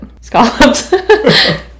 Scallops